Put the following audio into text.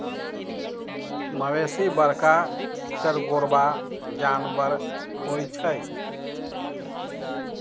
मवेशी बरका चरगोरबा जानबर होइ छइ